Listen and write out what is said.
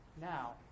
Now